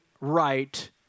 right